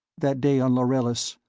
that day on lharillis.